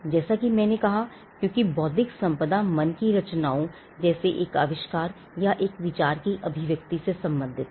जैसा कि मैंने कहा क्योंकि बौद्धिक संपदा मन की रचनाओं जैसे एक आविष्कार या एक विचार की अभिव्यक्ति से सम्बंधित है